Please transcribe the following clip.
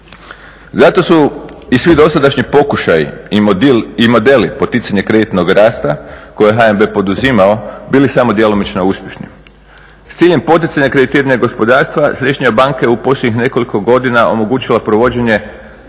Zato su i svi dosadašnji pokušaji i modeli poticanja kreditnog rasta koje je HNB poduzimao, bili samo djelomično uspješni. S ciljem poticanja kreditiranja gospodarstva Središnja banka je u posljednjih nekoliko godina omogućila provođenje